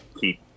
keep